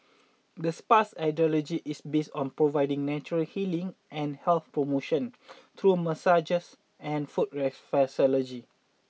the spa's ideology is based on providing natural healing and health promotion through massage and foot reflexology